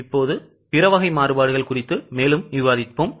இப்போது பிற வகை மாறுபாடுகள் குறித்து மேலும் விவாதிப்போம்